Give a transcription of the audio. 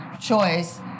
Choice